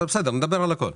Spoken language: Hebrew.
בסדר, נדבר על הכול.